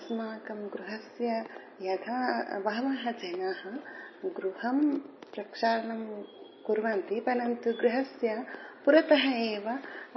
अस्माकं गृहस्य यदा बहवः जनाः गृहं प्रक्षालनं कुर्वन्ति परन्तु गृहस्य पुरतः एव